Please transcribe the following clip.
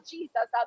Jesus